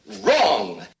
Wrong